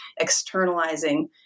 externalizing